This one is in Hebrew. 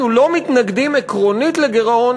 אנחנו לא מתנגדים עקרונית לגירעון,